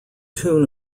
tune